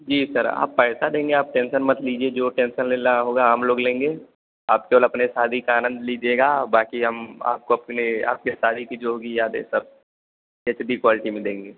जी sir आप पैसा देंगे आप टेन्सन मत लीजिए जो टेन्सन लेना होगा हम लोग लेंगे आप केवल अपने शादी का आनंद लीजिएगा बाकी हम आपको अपने आपके शादी की जो होगी यादें सब एच डी क्वालटी में देंगे